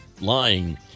lying